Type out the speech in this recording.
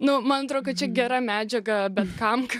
nuo man atrodo kad čia gera medžiaga bet kam